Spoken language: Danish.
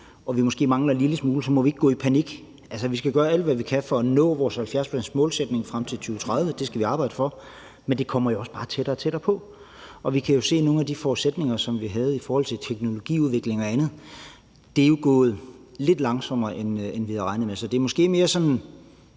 og måske mangler en lille smule, må vi ikke gå i panik. Vi skal gøre alt, hvad vi kan, for at nå vores 70-procentsmålsætning frem 2030. Det skal vi arbejde for. Men det kommer også bare tættere og tættere på, og vi kan jo se, at nogle af de forudsætninger, som vi havde i forhold til teknologiudvikling og andet, er gået lidt langsommere, end vi havde regnet med. Så det er måske mere sådan